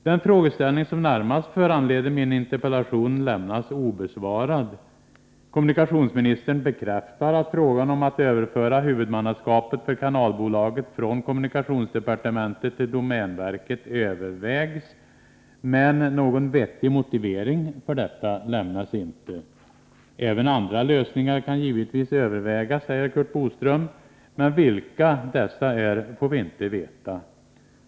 Den frågeställning som närmast föranledde min interpellation lämnas obesvarad. Kommunikationsministern bekräftar att frågan om att överföra huvudmannaskapet för kanalbolaget från kommunikationsdepartementet till domänverket övervägs, men någon vettig motivering för detta lämnas inte. Även andra lösningar kan givetvis övervägas, säger Curt Boström, men vilka dessa är får vi inte veta.